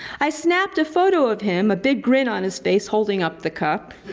i snapped a photo of him, a big grin on his face, holding up the cup.